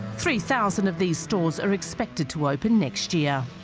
three thousand of these stores are expected to open next year